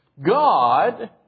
God